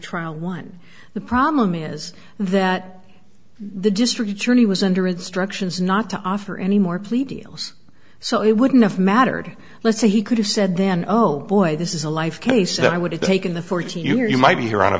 trial one the problem is that the district attorney was under instructions not to offer any more pleading else so it wouldn't have mattered let's say he could have said then oh boy this is a life case i would have taken the fourteen year you might be